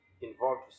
involved